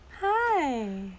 Hi